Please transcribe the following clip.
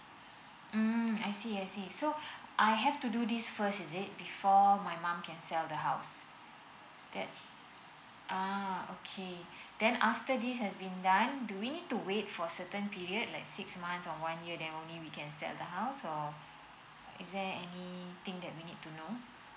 mm I see I see so I have to do this first is it before my mum can sell the house that's ah okay then after this has been done do we need for a certain period like six month or one year then only we can sell the house or